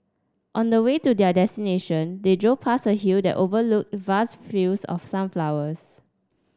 on the way to their destination they drove past a hill that overlooked vast fields of sunflowers